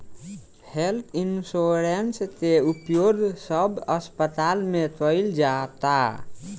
health insurance के उपयोग सब अस्पताल में कईल जाता